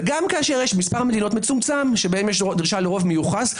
וגם כשיש מספר מדינות מצומצם שבהן יש דרישה לרוב מיוחס,